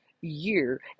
year